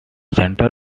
center